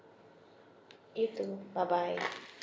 you too bye bye